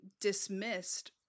dismissed